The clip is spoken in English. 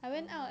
orh